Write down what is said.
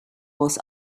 was